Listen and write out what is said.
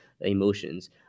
emotions